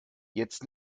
jetzt